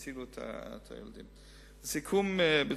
לסיכום,